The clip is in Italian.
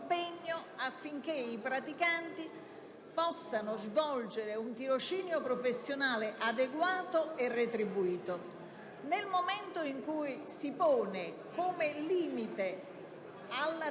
affinché i praticanti possano svolgere un tirocinio professionale adeguato e retribuito. Nel momento in cui si pone come limite